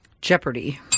Jeopardy